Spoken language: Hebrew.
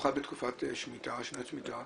במיוחד בתקופת שנת שמיטה,